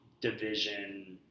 division